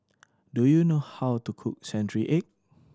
do you know how to cook century egg